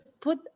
put